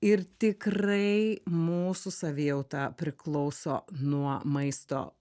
ir tikrai mūsų savijauta priklauso nuo maisto